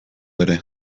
ere